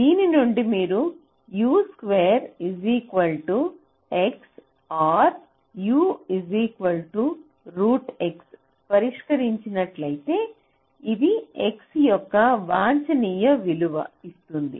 దీని నుండి మీరు U2 x or U x పరిష్కరించినట్లయితే ఇది X యొక్క వాంఛనీయ విలువ ఇస్తుంది